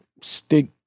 stick